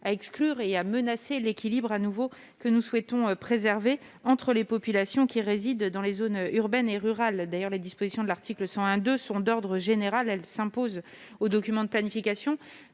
conduirait à menacer l'équilibre, que nous souhaitons préserver, entre les populations qui résident dans les zones urbaines et les populations rurales. D'ailleurs, les dispositions de l'article L. 101-2 sont d'ordre général : elles s'imposent aux documents de planification.